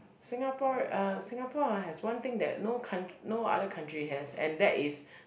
Singapore uh Singapore ah has one thing that no coun~ no other country has and that is